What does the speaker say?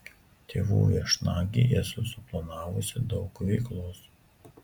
tėvų viešnagei esu suplanavusi daug veiklos